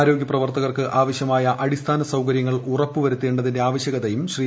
ആരോഗ്യ പ്രവർത്തകർക്ക് ആവശ്യമായ അടിസ്ഥാന സൌകര്യങ്ങൾ ഉറപ്പുവരുത്തേണ്ടതിന്റെ ആവശ്യകതയും ശ്രീ